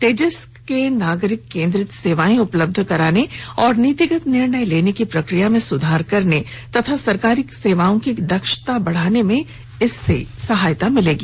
तेजस से नागरिक केन्द्रीय सेवाएं उपलब्ध कराने और नीतिगत निर्णय लेने की प्रक्रिया में सुधार करने तथा सरकारी सेवाओं की दक्षता बढ़ाने में सहायता मिलेगी